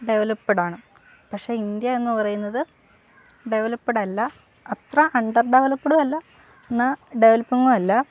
developed ആണ് പക്ഷേ India എന്ന് പറയുന്നത് ഡെവലപ്ഡ് അല്ല അത്ര അണ്ടർ ഡെവലപ്പ്ഡും അല്ല എന്നാൽ ഡെവലപ്പിങ്ങും അല്ല